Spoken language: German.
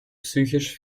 psychisch